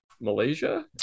malaysia